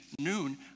noon